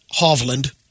Hovland